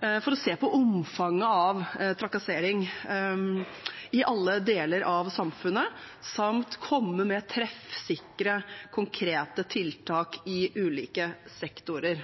for å se på omfanget av trakassering i alle deler av samfunnet samt komme med treffsikre, konkrete tiltak i ulike sektorer.